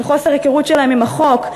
של חוסר היכרות שלהם עם החוק?